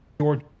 George